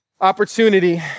opportunity